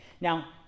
Now